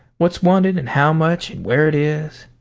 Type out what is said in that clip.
what's wanted and how much and where it is.